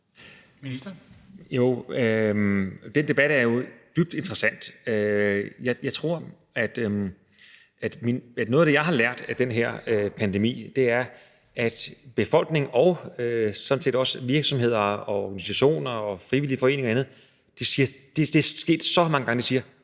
Heunicke): Jo, den debat er jo dybt interessant. Jeg tror, at noget af det, jeg har lært af den her pandemi, er, at befolkningen og sådan set også virksomheder og organisationer og frivillige foreninger og andet – det er sket så mange gange – siger: